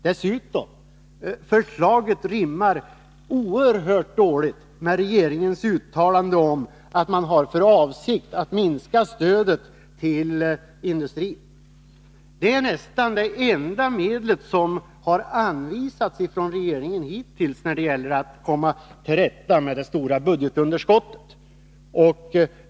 Dessutom rimmar förslaget oerhört dåligt med regeringens uttalande om att man har för avsikt att minska stödet till industrin. Det är nästan det enda medlet som hittills har anvisats av regeringen när det gäller 9 att komma till rätta med det stora budgetunderskottet.